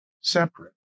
separate